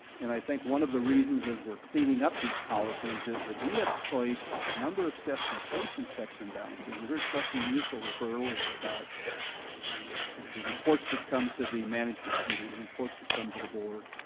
and i think one of the reasons is we're cleaning up these policies is that we have placed a number of steps in place in checks and balances, you heard trustee so refer earlier about the the reports that come to the management committee, the reports that come to the board.